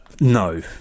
no